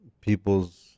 people's